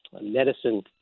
medicine